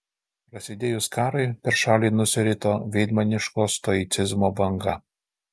prasidėjus karui per šalį nusirito veidmainiško stoicizmo banga